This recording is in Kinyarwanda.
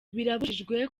birabujijwe